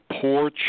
poor